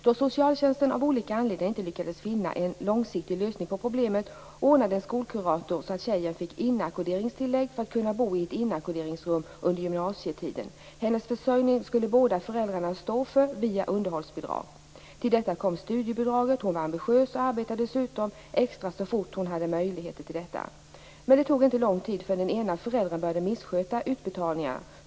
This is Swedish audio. Då socialtjänsten av olika anledningar inte lyckades finna en långsiktig lösning på problemet ordnade skolkuratorn det så att tjejen fick inackorderingstillägg för att kunna bo i ett inackorderingsrum under gymnasietiden. Hennes försörjning skulle båda föräldrarna stå för via underhållsbidrag. Till detta kom studiebidraget. Hon var ambitiös och arbetade dessutom extra så fort hon hade möjligheter till detta. Men det tog inte lång tid förrän den ena föräldern började missköta utbetalningarna.